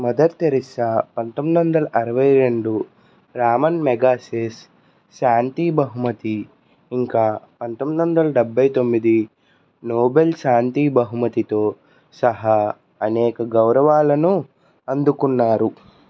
mother Teresa పంతొమ్మిదొందల ఆరవై రెండు రామన్ మెగాసిస్ శాంతి బహుమతి ఇంకా పంతొమ్మిదొందల డెబ్బై తొమ్మిది నోబెల్ శాంతి బహుమతితో సహా అనేక గౌరవాలను అందుకున్నారు